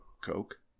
Coke